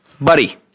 buddy